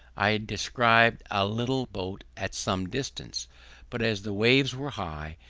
i descried a little boat at some distance but, as the waves were high,